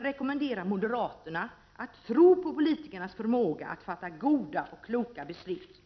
rekommendera moderaterna att tro på politikernas förmåga att fatta goda och kloka beslut.